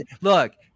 look